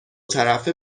طرفه